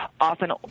often